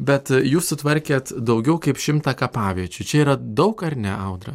bet jūs sutvarkėt daugiau kaip šimtą kapaviečių čia yra daug ar ne audra